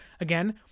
Again